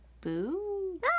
Boo